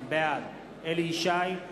בעד אליהו ישי,